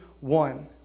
one